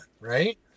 Right